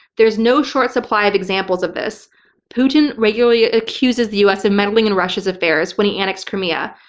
there is no short supply of examples of this putin regularly accuses the us of meddling in russia's affairs when he annexed crimea,